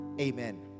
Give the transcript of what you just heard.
Amen